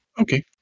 okay